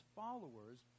followers